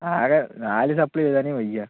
ആകെ നാല് സപ്പ്ളി എഴുതാനേ വയ്യ